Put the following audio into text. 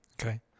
Okay